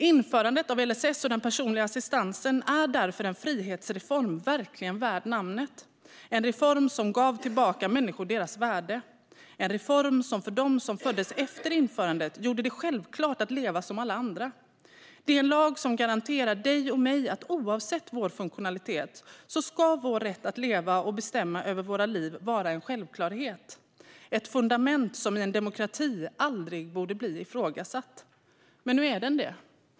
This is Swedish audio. Införandet av LSS och den personliga assistansen är därför en frihetsreform verkligen värd namnet, en reform som gav tillbaka människor deras värde, en reform som för dem som föddes efter införandet gjorde det självklart att kunna leva som alla andra. Det är en lag som garanterar dig och mig att oavsett vår funktionalitet ska vår rätt att leva och bestämma över våra liv vara en självklarhet - ett fundament som i en demokrati aldrig borde bli ifrågasatt. Men nu är den det.